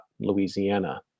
Louisiana